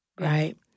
right